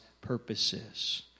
purposes